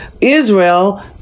Israel